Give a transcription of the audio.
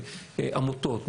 עמותות,